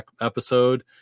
episode